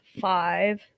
five